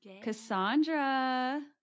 Cassandra